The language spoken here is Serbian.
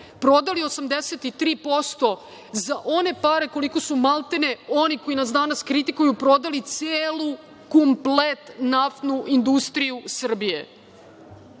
prodali 83% za one pare koliko su maltene oni koji nas danas kritikuju prodali celu, komplet naftnu industriju Srbije. Oni